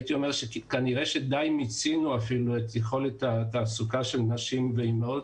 הייתי אומר שכנראה אפילו די מיצינו את יכולת התעסוקה של נשים ואימהות.